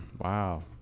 Wow